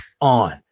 on